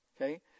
Okay